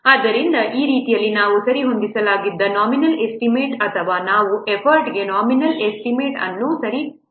ಆದ್ದರಿಂದ ಈ ರೀತಿಯಲ್ಲಿ ನಾವು ಸರಿಹೊಂದಿಸಲಾದ ನಾಮಿನಲ್ ಎಸ್ಟಿಮೇಟ್ ಅಥವಾ ನಾವು ಎಫರ್ಟ್ಗೆ ನಾಮಿನಲ್ ಎಸ್ಟಿಮೇಟ್ ಅನ್ನು ಸರಿಹೊಂದಿಸುತ್ತೇನೆ